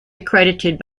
accredited